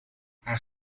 haar